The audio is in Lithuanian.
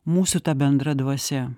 mūsų ta bendra dvasia